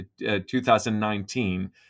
2019